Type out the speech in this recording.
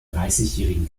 dreißigjährigen